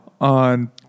on